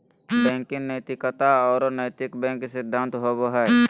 banking नैतिकता और नैतिक बैंक सिद्धांत होबो हइ